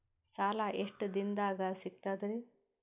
ಸಾಲಾ ಎಷ್ಟ ದಿಂನದಾಗ ಸಿಗ್ತದ್ರಿ?